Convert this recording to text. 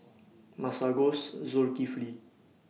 Masagos Zulkifli